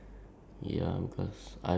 K if for me right